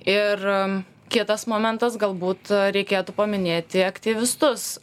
ir kitas momentas galbūt reikėtų paminėti aktyvistus